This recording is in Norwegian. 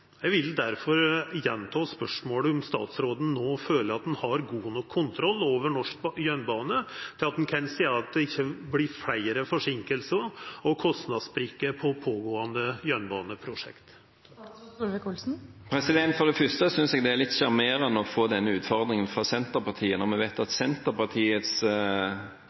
vil difor gjenta spørsmålet om statsråden no føler at han har god nok kontroll over norsk jernbane til at han kan seia at det ikkje vil verta fleire forseinkingar og kostnadssprekkar på pågåande jernbaneprosjekt. For det første synes jeg det er litt sjarmerende å få denne utfordringen fra Senterpartiet, når vi vet at Senterpartiets